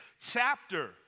chapter